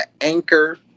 anchor